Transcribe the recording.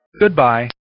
Goodbye